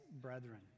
brethren